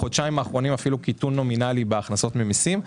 בחודשיים האחרונים אנחנו רואים אפילו קיטון נומינאלי בהכנסות ממסים.